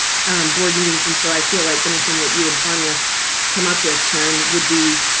board meetings and so i feel like anything that you and tonya come up with karen would be.